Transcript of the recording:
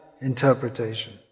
interpretation